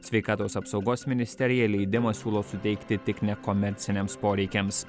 sveikatos apsaugos ministerija leidimą siūlo suteikti tik nekomerciniams poreikiams